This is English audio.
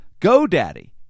GoDaddy